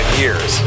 years